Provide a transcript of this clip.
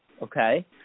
okay